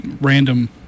random